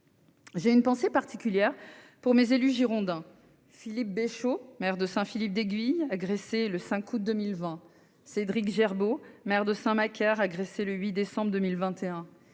J'ai une pensée particulière pour mes élus girondins : Philippe Bécheau, maire de Saint-Philippe-d'Aiguille, agressé le 5 août 2020 ; Cédric Gerbeau, maire de Saint-Macaire, agressé le 8 décembre 2021